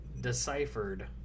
deciphered